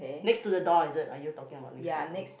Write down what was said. next to the door is it are you talking about next to the door